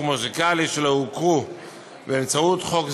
מוזיקלי שלא הוכרו באמצעות חוק זה,